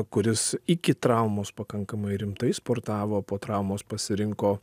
kuris iki traumos pakankamai rimtai sportavo po traumos pasirinko